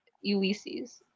ulysses